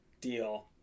deal